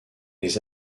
des